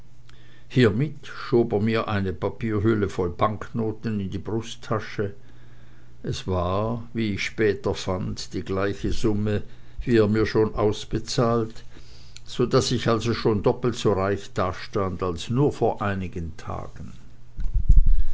hiemit schob er mir eine papierhülle voll banknoten in die brusttasche es war wie ich später fand eine gleiche summe wie er mir schon ausbezahlt so daß ich also schon doppelt so reich dastand als nur vor einigen tagen